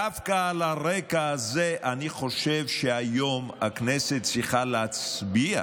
דווקא על הרקע הזה אני חושב שהיום הכנסת צריכה להצביע על